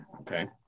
Okay